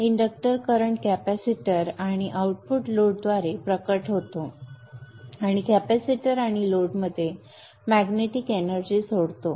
inductor current capacitor आणि output लोडद्वारे प्रकट होतो आणि कॅपेसिटर आणि लोडमध्ये मॅग्नेटिक एनर्जी सोडतो